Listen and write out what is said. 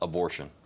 Abortion